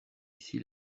ici